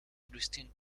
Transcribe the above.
christine